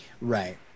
right